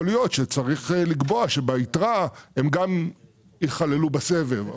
יכול להיות שצריך לקבוע שביתרה הן ייכללו בסבב.